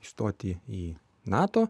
įstoti į nato